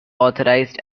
authorized